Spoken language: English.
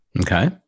Okay